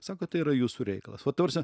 sako tai yra jūsų reikalas va ta prasme